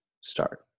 start